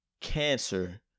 cancer